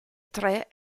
tre